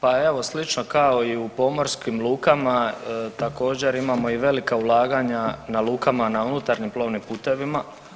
Pa evo slično kao i u pomorskim lukama također imamo i velika ulaganja na lukama na unutarnjim plovnim putevima.